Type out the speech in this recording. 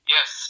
Yes